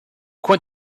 coin